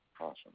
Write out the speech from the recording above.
Awesome